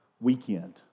weekend